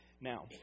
Now